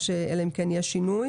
אלא אם כן יהיה שינוי,